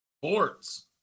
Sports